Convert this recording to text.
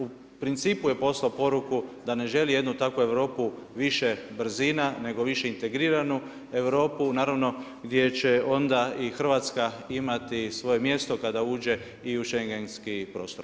U principu je poslao poruku da ne želi jednu takvu Europu više brzina, nego više integriranu Europu, naravno gdje će onda i Hrvatska imati svoje mjesto kada uđe i u schengenski prostor.